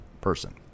person